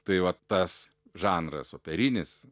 tai va tas žanras operinis